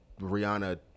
rihanna